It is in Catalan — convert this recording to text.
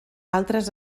altres